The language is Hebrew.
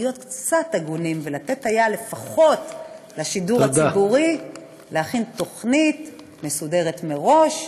להיות קצת הגונים ולתת לשידור הציבורי לפחות להכין תוכנית מסודרת מראש,